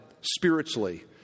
spiritually